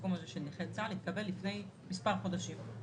התקבל לפני מספר חודשים,